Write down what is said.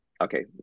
okay